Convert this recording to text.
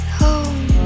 home